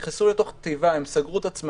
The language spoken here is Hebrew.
נכנסו כבר לתוך תיבה, הם סגרו את עצמם.